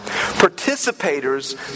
Participators